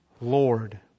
Lord